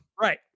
right